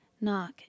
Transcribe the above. Knock